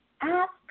ask